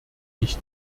ich